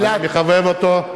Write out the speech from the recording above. אני מחבב אותו.